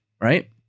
right